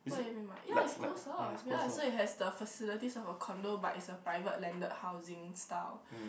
what you mean by yeah it's close off yeah so it has the facilities of a condo but it's a private landed housing style